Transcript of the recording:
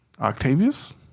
Octavius